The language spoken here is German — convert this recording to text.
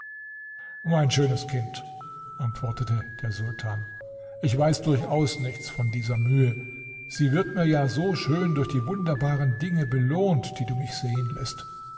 mein schönes kind antwortete der sultan ich weiß durchaus nichts von dieser mühe sie wird mir ja so schön durch die wunderbaren dinge belohnt die du mich sehen läßt